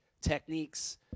techniques